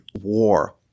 war